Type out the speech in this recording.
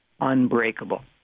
unbreakable